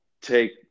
take